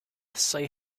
say